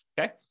okay